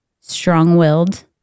strong-willed